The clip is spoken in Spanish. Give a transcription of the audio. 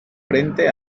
frente